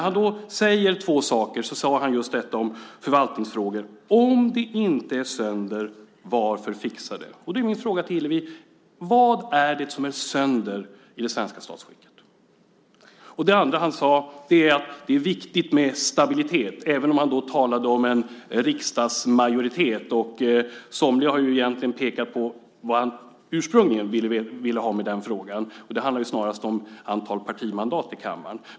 Han sade två saker, varav det första gällde just förvaltningsfrågor, nämligen: Om det inte är sönder, varför fixa det? Min fråga till Hillevi är därför: Vad är det som är sönder i det svenska statsskicket? Det andra Morgan Johansson sade var att det är viktigt med stabilitet - även om han då talade om en riksdagsmajoritet - och somliga har pekat på vad han ursprungligen avsåg med det. Det handlar snarast om antalet partimandat i kammaren.